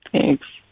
Thanks